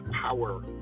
power